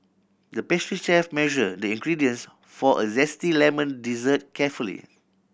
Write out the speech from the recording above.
the pastry chef measure the ingredients for a zesty lemon dessert carefully